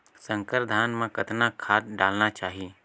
संकर धान मे कतना खाद डालना चाही?